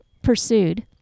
pursued